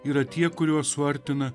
yra tie kuriuos suartina